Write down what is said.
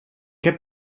heb